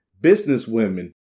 businesswomen